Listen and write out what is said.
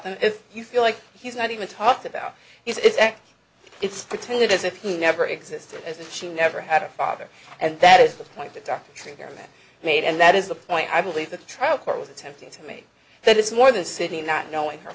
them if you feel like he's not even talked about its act it's protected as if he never existed as if she never had a father and that is the point that doctrine government made and that is the point i believe the trial court was attempting to me that it's more than sitting not knowing her